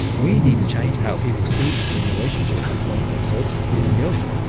we need to change how people see the relationship between themselves and the ocean.